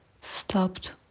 stopped